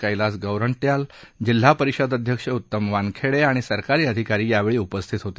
कैलास गोरंट्याल जिल्हा परिषद अध्यक्ष उतम वानखेडे आणि सरकारी अधिकारी यावेळी उपस्थित होते